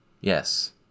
Yes